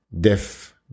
Deaf